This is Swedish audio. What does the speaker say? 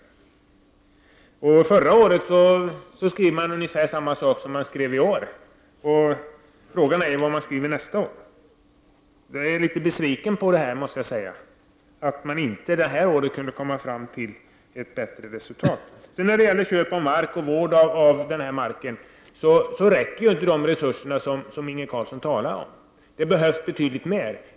I förra årets avslagsyrkande skrev man ungefär samma sak som man skriver i år. Frågan är då vad man skriver nästa år. Jag måste säga att jag är litet besviken på att man inte detta år kunde komma fram till ett bättre resultat. När det gäller köp av mark och vården av mark räcker ju inte de resurser som Inge Carlsson talade om. Det behövs betydligt mer.